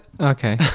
Okay